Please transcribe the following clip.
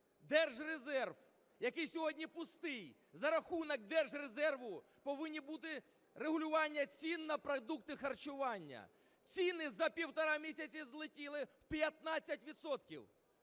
Держрезерв, який сьогодні пустий. За рахунок держрезерву повинно бути регулювання цін на продукти харчування. Ціни за півтора місяці злетіли на 15